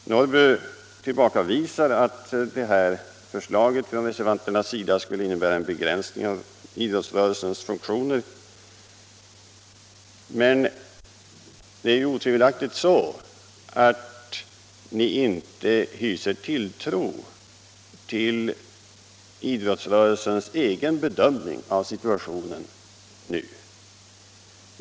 Herr Norrby tillbakavisar påståendet att reservanternas förslag skulle innebära en begränsning av idrottsrörelsens funktioner. Men ni hyser otvivelaktigt inte tilltro till idrottsrörelsens egen bedömning av situationen.